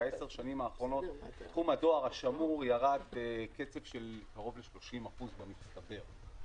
בעשר שנים האחרונות תחום הדואר השמור ירד בקצב של קרוב ל-30% במצטבר.